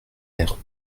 air